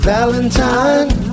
Valentine